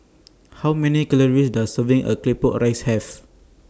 How Many Calories Does Serving A Claypot A Rice Have